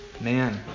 man